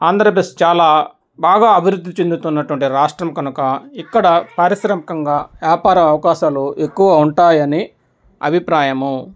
ఆంధ్రప్రదేశ్ చాలా బాగా అభివృద్ధి చెందుతున్నటువంటి రాష్ట్రం కనుక ఇక్కడ పారిశ్రామికంగా వ్యాపార అవకాశాలు ఎక్కువ ఉంటాయని అభిప్రాయము